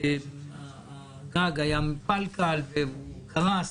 הגג היה מפלקל והוא קרס.